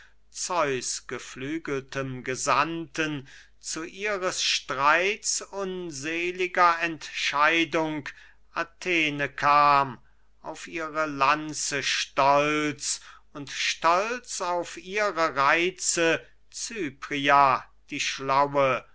zeus geflügeltem gesandten zu ihres streits unseliger entscheidung athene kam auf ihre lanze stolz und stolz auf ihre reize cypria die schlaue